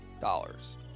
dollars